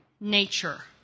nature